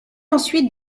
ensuite